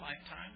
lifetime